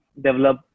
develop